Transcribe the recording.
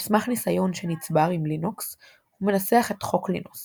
על סמך ניסיון שנצבר עם לינוקס הוא מנסח את חוק לינוס